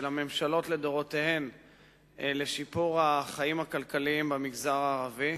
הממשלות לדורותיהן לשיפור החיים הכלכליים במגזר הערבי.